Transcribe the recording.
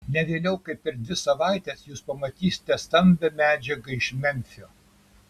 ne vėliau kaip per dvi savaites jūs pamatysite stambią medžiagą iš memfio